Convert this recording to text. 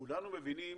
כולנו מבינים